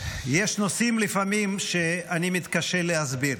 יש נושאים שלפעמים אני מתקשה להסביר.